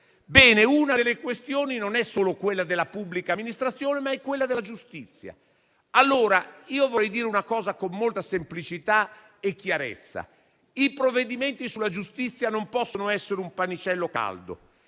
questioni da affrontare non c'è solo quella della pubblica amministrazione, ma anche quella della giustizia. Vorrei dire una cosa con molta semplicità e chiarezza: i provvedimenti sulla giustizia non possono essere un pannicello caldo.